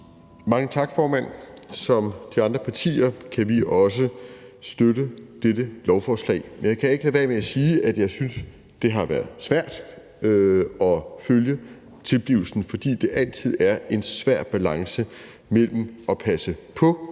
Mange tak, formand. Som de andre partier kan vi også støtte dette lovforslag. Men jeg kan ikke lade være med at sige, at jeg synes, det har været svært at følge tilblivelsen, fordi det altid er en svær balance mellem at passe på